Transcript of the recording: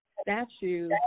statue